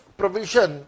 provision